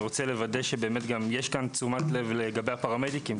רוצה לוודא שיש פה תשומת לב לגבי הפרמדיקים.